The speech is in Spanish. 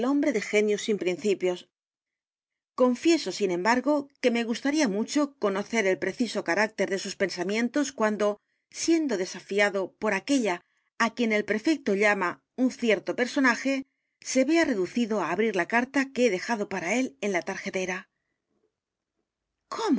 de genio sin principios confieso sin emb a r g o que me gustaría mucho conocer el preciso carácter de sus pensamientos cuando siendo desafiado edgar poe novelas y cuentos por aquella á quien el prefecto llama u n cierto personaje se vea reducido á abrir la carta que h e dejado p a r a él en la tarjetera